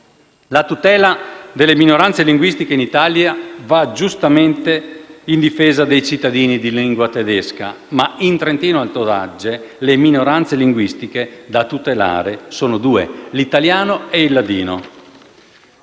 La tutela delle minoranze linguistiche in Italia va giustamente in difesa dei cittadini di lingua tedesca, ma in Trentino-Alto Adige le minoranze linguistiche da tutelare sono due: l'italiano e il ladino.